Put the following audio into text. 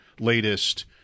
Latest